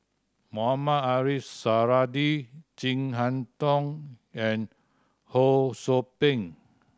Mohamed Ariff Suradi Chin Harn Tong and Ho Sou Ping